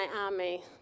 army